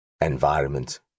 environment